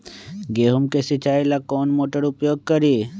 गेंहू के सिंचाई ला कौन मोटर उपयोग करी?